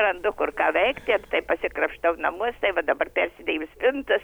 randu kur ką veikt tai pasikrapštau namus tai va dabar peridėjau spintas